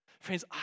Friends